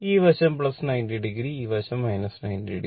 ഈ വശം 90 o ഈ വശം 90 o